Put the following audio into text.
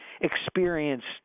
experienced